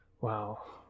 Wow